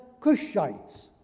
Kushites